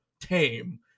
tame